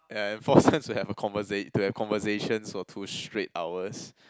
ya and force them to have a conversa~ to have conversations for two straight hours